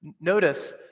Notice